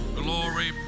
glory